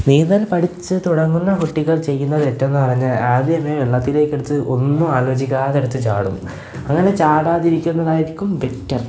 നീന്തൽ പഠിച്ച് തുടങ്ങുന്ന കുട്ടികൾ ചെയ്യുന്ന തെറ്റെന്ന് പറഞ്ഞാല് ആദ്യംതന്നെ വെള്ളത്തിലേക്കെടുത്ത് ഒന്നും ആലോചിക്കാതെ എടുത്ത് ചാടും അങ്ങനെ ചാടാതിരിക്കുന്നതായിരിക്കും ബെറ്റർ